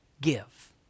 give